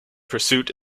pursuit